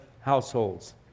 households